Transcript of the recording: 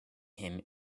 him